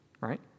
Right